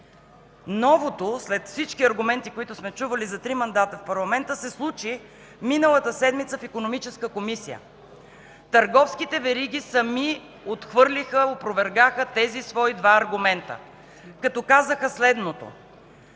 Новото след всички аргументи, които сме чували за три мандата в парламента, се случи миналата седмица в Икономическата комисия. Търговските вериги сами отхвърлиха, опровергаха тези свои два аргумента, като казаха следното: